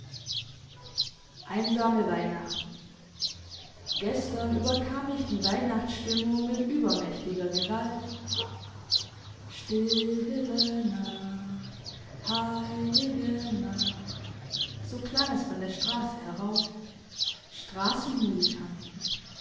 einsame weihnachten gestern überkam mich die weihnachtsstimmung mit übermächtiger gewalt stille nacht heilige nacht so klang es von der strasse herauf